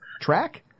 track